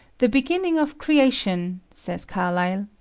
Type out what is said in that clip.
the beginning of creation, says carlyle,